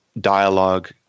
dialogue